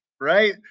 right